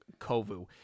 Kovu